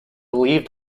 believed